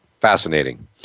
fascinating